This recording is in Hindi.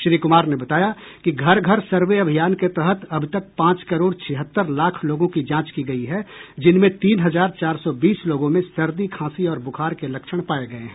श्री कुमार ने बताया कि घर घर सर्वे अभियान के तहत अब तक पांच करोड़ छिहत्तर लाख लोगों की जांच की गयी है जिनमें तीन हजार चार सौ बीस लोगों में सर्दी खांसी और ब्रखार के लक्षण पाये गये हैं